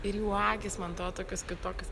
ir jų akys man atro tokios kitokios